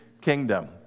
kingdom